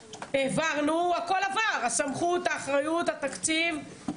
הכול עבר, הסמכות, האחריות, התקציב.